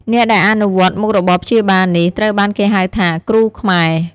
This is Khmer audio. អ្នកដែលអនុវត្តមុខរបរព្យាបាលនេះ ត្រូវបានគេហៅថា "គ្រូខ្មែរ"។